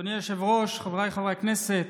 אדוני היושב-ראש, חבריי חברי הכנסת,